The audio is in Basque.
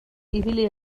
ibili